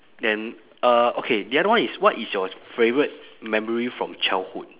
then uh okay the other one is what is your favourite memory from childhood